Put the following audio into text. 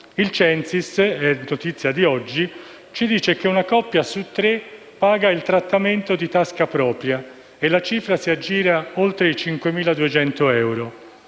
da una notizia di oggi, ci dice che una coppia su tre paga il trattamento di tasca propria e la cifra si aggira oltre i 5.200 euro.